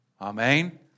Amen